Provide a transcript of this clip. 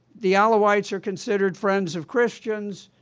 the alawites are considered friends of christians.